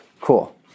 cool